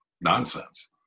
nonsense